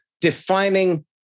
defining